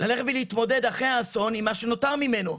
ללכת ולהתמודד אחרי האסון עם מה שנותר ממנו.